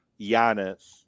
Giannis